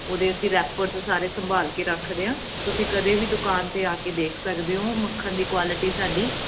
ਉਹਦੇ ਅਸੀਂ ਰੈਪਰਸ ਸਾਰੇ ਸੰਭਾਲ ਕੇ ਰੱਖਦੇ ਹਾਂ ਤੁਸੀਂ ਕਦੇ ਵੀ ਦੁਕਾਨ 'ਤੇ ਆ ਕੇ ਦੇਖ ਸਕਦੇ ਓਂ ਮੱਖਣ ਦੀ ਕੁਆਲਿਟੀ ਸਾਡੀ